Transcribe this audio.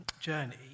journey